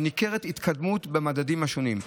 וניכרת התקדמות במדדים השונים.